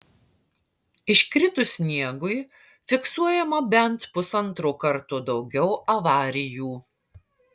iškritus sniegui fiksuojama bent pusantro karto daugiau avarijų